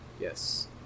Yes